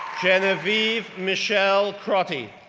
genevieve michelle crotty,